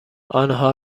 آنها